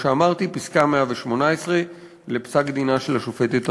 כמו שאמרתי, פסקה 118 בפסק-דינה של השופטת ארבל.